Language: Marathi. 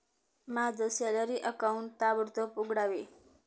माझं सॅलरी अकाऊंट ताबडतोब उघडावे